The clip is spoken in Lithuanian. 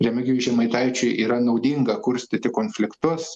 remigijui žemaitaičiui yra naudinga kurstyti konfliktus